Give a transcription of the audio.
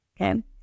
okay